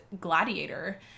Gladiator